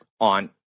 on